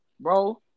bro